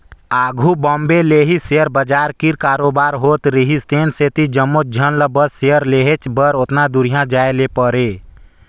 आघु बॉम्बे ले ही सेयर बजार कीर कारोबार होत रिहिस तेन सेती जम्मोच झन ल बस सेयर लेहेच बर ओतना दुरिहां जाए ले परे